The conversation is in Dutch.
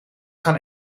gaan